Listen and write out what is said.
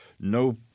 No